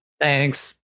Thanks